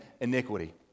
iniquity